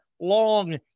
long